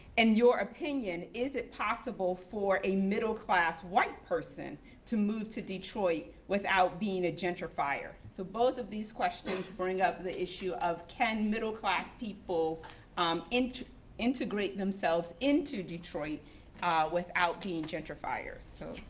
in your opinion, is it possible for a middle class white person to move to detroit without being a gentrifier? so, both of these questions bring up the issue of, can middle class people um integrate themselves into detroit without being gentrifiers? so,